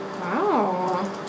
Wow